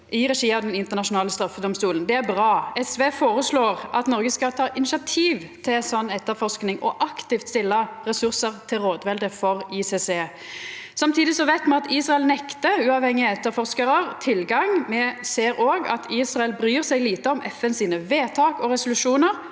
i regi av Den internasjonale straffedomstolen. Det er bra. SV føreslår at Noreg skal ta initiativ til sånn etterforsking og aktivt stilla ressursar til rådvelde for ICC. Samtidig veit me at Israel nektar uavhengige etterforskarar tilgang. Me ser òg at Israel bryr seg lite om FN sine vedtak og resolusjonar,